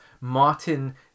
Martin